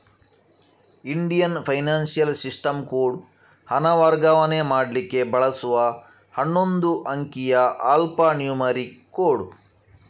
Indian financial system code ಹಣ ವರ್ಗಾವಣೆ ಮಾಡ್ಲಿಕ್ಕೆ ಬಳಸುವ ಹನ್ನೊಂದು ಅಂಕಿಯ ಆಲ್ಫಾ ನ್ಯೂಮರಿಕ್ ಕೋಡ್